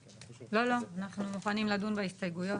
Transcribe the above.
לא, לא, אנחנו מוכנים לדון בהסתייגויות.